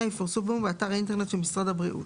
יפורסמו באתר האינטרנט של משרד הבריאות.